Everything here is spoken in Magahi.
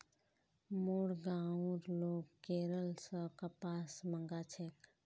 मोर गांउर लोग केरल स कपास मंगा छेक